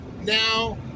now